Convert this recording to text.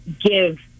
give